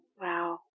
wow